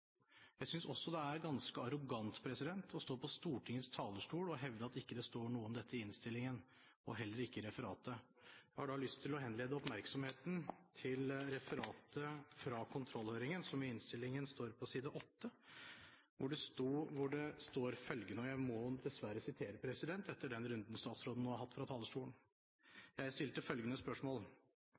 Jeg synes også det er ganske arrogant å stå på Stortingets talerstol og hevde at det ikke står noe om dette i innstillingen, og heller ikke i referatet. Jeg har da lyst til å henlede oppmerksomheten på innstillingen og på referatet fra kontrollhøringen, side 8. Der står det – og jeg må dessverre sitere, etter den runden statsråden nå har hatt fra talerstolen – at jeg stilte følgende spørsmål